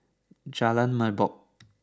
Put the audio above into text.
Jalan Merbok